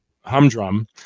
humdrum